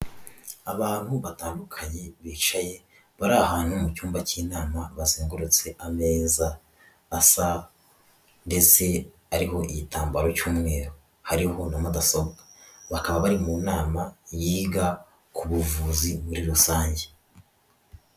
Abantu batandukanye bicaye bari ahantu mu cyumba cy'inama bazengurutse ameza asa ndetse ariho igitambaro cy'umweru hariho na mudasobwa, bakaba bari mu nama yiga ku buvuzi muri rusange.